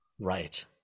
Right